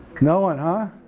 no one, huh?